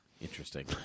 interesting